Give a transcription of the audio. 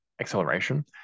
acceleration